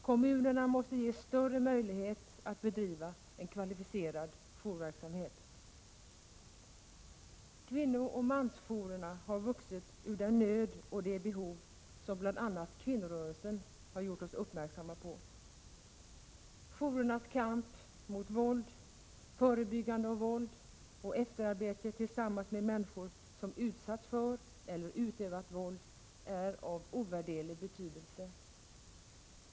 Kommunerna måste ges större möjlighet att bedriva en kvalificerad jourverksamhet. Kvinnooch mansjourerna har vuxit ur den nöd och det behov som bl.a. kvinnorörelsen gjort oss uppmärksamma på. Jourernas kamp mot våld, arbete med förebyggande av våld och efterarbete tillsammans med människor som utsatts för eller utövat våld är av ovärderlig betydelse.